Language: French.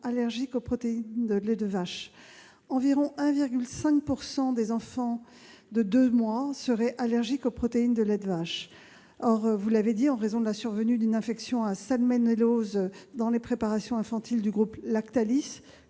allergiques aux protéines de lait de vache. Environ 1,5 % des enfants de deux mois seraient allergiques aux protéines de lait de vache. Or, comme vous l'avez souligné, en raison de la survenue d'une infection aux salmonelles dans les préparations infantiles du groupe Lactalis